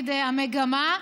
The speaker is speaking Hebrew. מהמגמה,